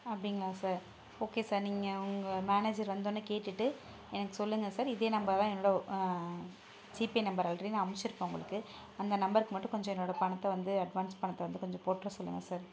அப்படிங்களா sir okay sir நீங்கள் உங்கள் மேனேஜர் வந்தோடன்னே கேட்டுட்டு எனக்கு சொல்லுங்கள் சார் இதே நம்பர் தான் என்னோட ஜீபே நம்பர் ஆல்ரெடி அமுச்சியிருப்பன் உங்களுக்கு அந்த நம்பருக்கு மட்டும் கொஞ்சம் என்னோடய பணத்தை வந்து அட்வான்ஸ் பணத்தை வந்து போட்டுற சொல்லுங்க சார்